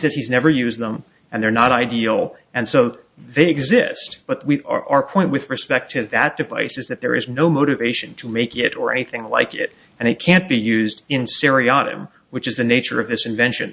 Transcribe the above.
says he's never used them and they're not ideal and so they exist but we are point with respect to that device is that there is no motivation to make it or anything like it and it can't be used in syria on him which is the nature of this invention